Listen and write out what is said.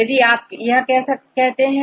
यदि आप यह करते हैं